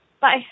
Bye